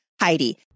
Heidi